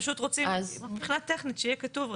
פשוט רוצים מבחינה טכנית שיהיה כתוב,